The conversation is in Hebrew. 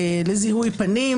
לזיהוי פנים,